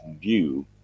view